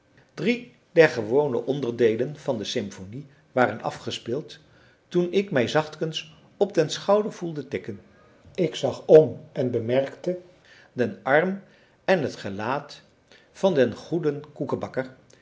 drie der gewone onderdeelen van de symphonie waren afgespeeld toen ik mij zachtkens op den schouder voelde tikken ik zag om en bemerkte den arm en het gelaat van den goeden koekebakker